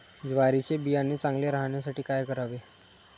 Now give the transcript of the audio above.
ज्वारीचे बियाणे चांगले राहण्यासाठी काय करावे?